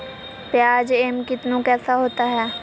प्याज एम कितनु कैसा होता है?